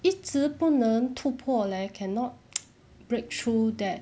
一直不能突破 leh cannot breakthrough that